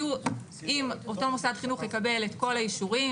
אם אותו מוסד חינוך יקבל את כל האישורים,